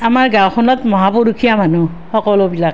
আমাৰ গাঁওখনত মহাপুৰুষীয়া মানুহ সকলোবিলাক